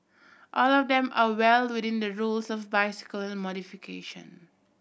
all of them are well within the rules of bicycle modification